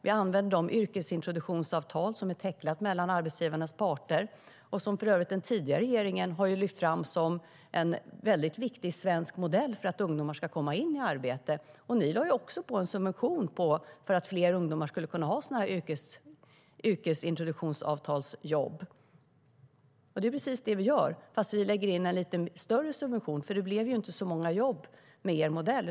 Vi använder de yrkesintroduktionsavtal som är tecknade mellan arbetsgivarnas parter och som för övrigt den tidigare regeringen har lyft fram som en väldigt viktig svensk modell för att ungdomar ska komma in i arbete. Ni lade ju också på en subvention för att fler ungdomar skulle kunna ha sådana här yrkesintroduktionsavtalsjobb. Det är precis det vi gör, fast vi lägger in en lite större subvention. Det blev ju inte så många jobb med er modell.